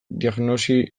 diagnosi